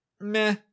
meh